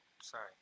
Sorry